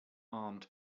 armed